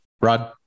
Rod